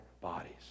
bodies